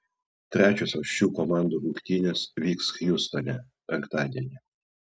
trečiosios šių komandų rungtynės vyks hjustone penktadienį